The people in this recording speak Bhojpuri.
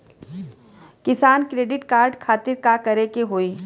किसान क्रेडिट कार्ड खातिर का करे के होई?